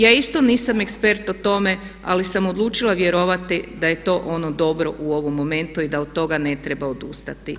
Ja isto nisam ekspert o tome ali sam odlučila vjerovati da je to ono dobro u ovom momentu i da od toga ne treba odustati.